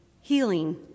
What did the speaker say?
Healing